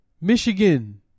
Michigan